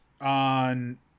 on